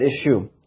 issue